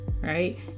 right